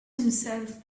himself